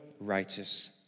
righteous